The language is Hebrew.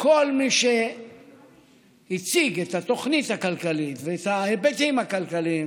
כל מי שהציג את התוכנית הכלכלית ואת ההיבטים הכלכליים